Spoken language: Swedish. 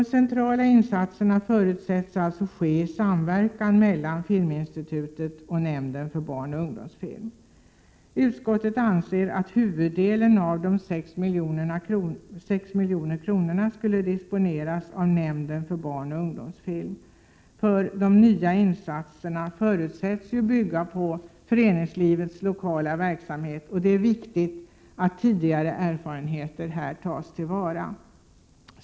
De centrala insatserna förutsätts alltså ske i samverkan mellan Filminstitu tet och nämnden för barnoch ungdomsfilm. Utskottet anser att huvuddelen av de 6 milj.kr. skall disponeras av nämnden för barnoch ungdomsfilm. De nya insatserna förutsätts bygga på föreningslivets lokala verksamhet, och det är viktigt att tidigare erfarenheter tas till vara.